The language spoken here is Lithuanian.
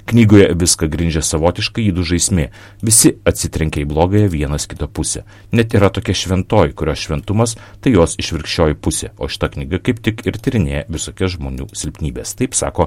knygoje viską grindžia savotiška ydų žaismė visi atsitrenkia į blogąją vienas kito pusę net yra tokia šventoji kurios šventumas tai jos išvirkščioji pusė o šita knyga kaip tik ir tyrinėja visokias žmonių silpnybes taip sako